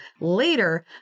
later